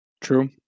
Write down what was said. True